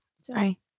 Sorry